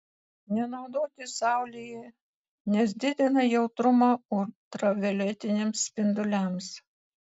nenaudoti saulėje nes didina jautrumą ultravioletiniams spinduliams